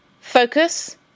focus